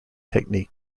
technique